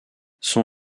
son